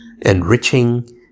enriching